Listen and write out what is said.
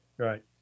Right